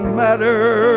matter